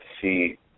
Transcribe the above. see